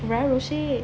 where roshi